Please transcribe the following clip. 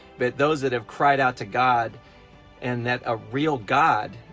but those that have cried out to god and that a real god,